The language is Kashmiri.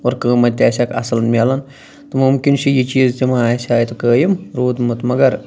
اور قۭمَت تہِ آسہِ ہاکھ اصٕل میَلان تہٕ مُمکِن چھِ یہِ چیٖز تہِ ما آسہِ ہا اَتہِ قٲیِم روٗدمُت مگر